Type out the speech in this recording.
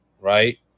right